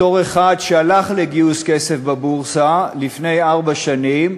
בתור אחד שהלך לגיוס כסף בבורסה לפני ארבע שנים,